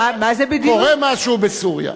קורה משהו בסוריה.